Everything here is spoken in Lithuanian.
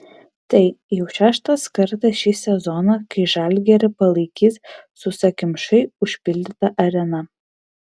tai jau šeštas kartas šį sezoną kai žalgirį palaikys sausakimšai užpildyta arena